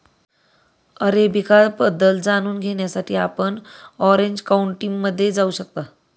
arabica बद्दल जाणून घेण्यासाठी आपण ऑरेंज काउंटीमध्ये जाऊ शकता